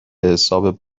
حساب